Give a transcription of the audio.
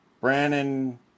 Brandon